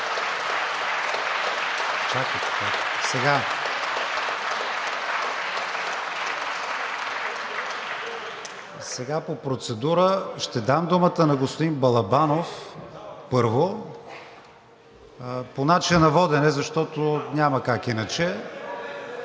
Сега по процедура ще дам думата на господин Балабанов, първо – по начина на водене, защото няма как иначе.